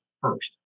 first